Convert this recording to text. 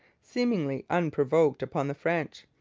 seemingly unprovoked, upon the french.